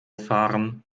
fahren